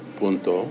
punto